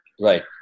right